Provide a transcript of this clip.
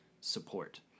support